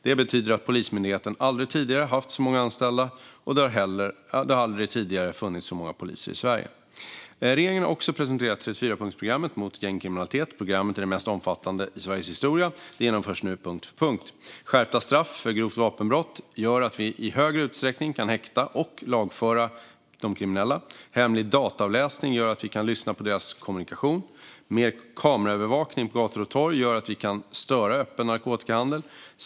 Det betyder att Polismyndigheten aldrig tidigare haft så många anställda, och det har aldrig tidigare funnits så många poliser i Sverige. Regeringen har också presenterat 34-punktsprogrammet mot gängkriminalitet. Programmet är det mest omfattande i Sveriges historia. Det genomförs nu punkt för punkt. Skärpta straff för grovt vapenbrott gör att vi i större utsträckning kan häkta och lagföra de kriminella. Hemlig dataavläsning gör att vi kan lyssna på deras kommunikation. Mer kameraövervakning på gator och torg gör att vi kan störa öppen narkotikahandel.